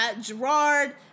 Gerard